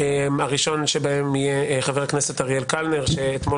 הראשון שבהם הוא חבר הכנסת אריאל קלנר שאתמול